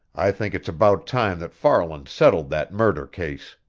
i think it's about time that farland settled that murder case,